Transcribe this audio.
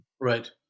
Right